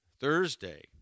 Thursday